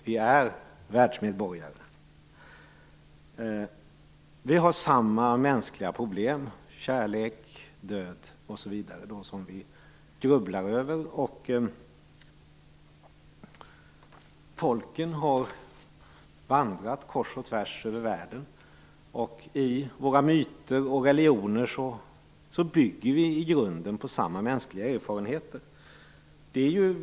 Vi är världsmedborgare med samma mänskliga problem - kärlek, död etc. - som vi grubblar över. Folk har vandrat kors och tvärs i världen. Våra myter och religioner bygger i grunden på samma mänskliga erfarenheter.